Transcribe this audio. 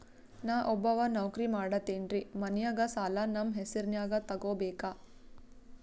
ನಾ ಒಬ್ಬವ ನೌಕ್ರಿ ಮಾಡತೆನ್ರಿ ಮನ್ಯಗ ಸಾಲಾ ನಮ್ ಹೆಸ್ರನ್ಯಾಗ ತೊಗೊಬೇಕ?